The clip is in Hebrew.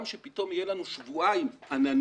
כאשר פתאום יהיו לנו שבועיים עננים,